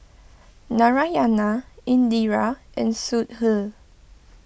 Narayana Indira and Sudhir